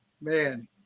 Man